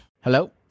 Hello